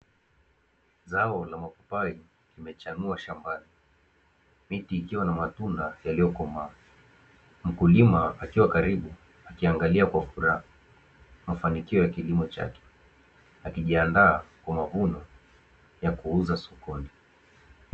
Zao la mapapai limechanua shambani, miti ikiwa na matunda yaliyokomaa mkulima akiwa karibu akiangalia kwa furaha mafanikio ya kilimo chake, akijiandaa kwa mavuno ya kuuz sokoni.